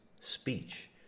speech